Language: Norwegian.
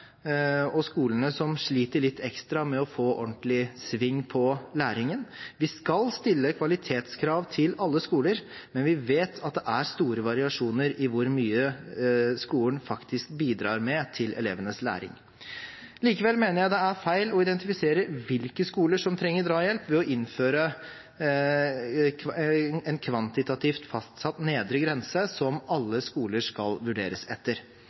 og skolene som sliter litt ekstra med å få ordentlig sving på læringen. Vi skal stille kvalitetskrav til alle skoler, men vi vet at det er store variasjoner i hvor mye skolen faktisk bidrar med til elevenes læring. Likevel mener jeg det er feil å identifisere hvilke skoler som trenger drahjelp, ved å innføre en kvantitativt fastsatt nedre grense som alle skoler skal vurderes etter.